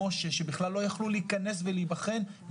שבכלל לא יכלו להיכנס ולהיבחן.